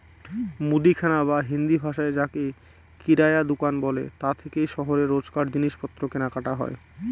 মুদিখানা বা হিন্দিভাষায় যাকে কিরায়া দুকান বলে তা থেকেই শহরে রোজকার জিনিসপত্র কেনাকাটা হয়